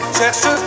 cherche